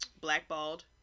blackballed